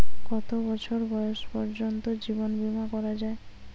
কত বছর বয়স পর্জন্ত জীবন বিমা করা য়ায়?